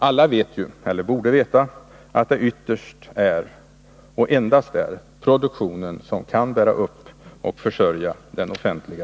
Alla vet ju — eller borde veta — att det ytterst bara är produktionen som kan bära upp och försörja den offentliga